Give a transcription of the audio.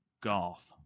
Garth